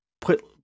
put